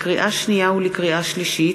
לקריאה שנייה ולקריאה שלישית: